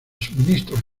suministros